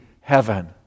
heaven